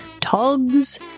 togs